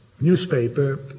newspaper